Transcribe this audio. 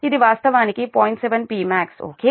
7 Pmax okay